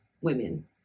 women